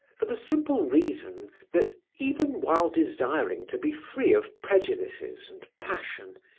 for the simple reason that, even while desiring to be free of prejudices and passion,